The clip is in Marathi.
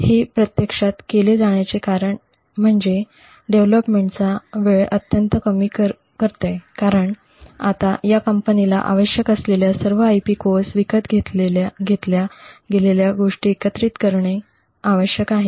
हे प्रत्यक्षात केले जाण्याचे कारण म्हणजे डेव्हलपमेंटचा वेळ अत्यंत कमी करते कारण आता या कंपनीला आवश्यक असलेल्या सर्व IP कोअर्स विकत घेतल्या गेलेल्या गोष्टी एकत्रित करणे आवश्यक आहे